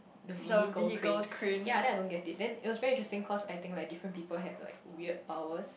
busy go crane yea and then I don't get it then it's very interesting course I think like different people had like weird powers